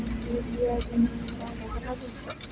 UPI এর জন্য কি কোনো টাকা লাগে?